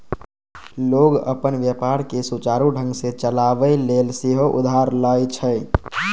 लोग अपन व्यापार कें सुचारू ढंग सं चलाबै लेल सेहो उधार लए छै